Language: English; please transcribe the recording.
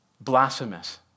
blasphemous